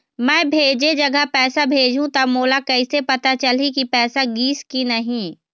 मैं भेजे जगह पैसा भेजहूं त मोला कैसे पता चलही की पैसा गिस कि नहीं?